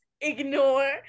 ignore